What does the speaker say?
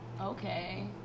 okay